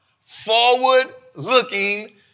Forward-looking